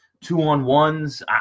Two-on-ones